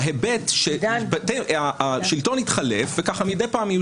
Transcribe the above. בהיבט שהשלטון התחלף וכך מדיד פעם יהיו